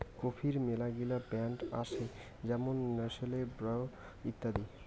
কফির মেলাগিলা ব্র্যান্ড আসে যেমন নেসলে, ব্রু ইত্যাদি